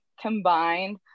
combined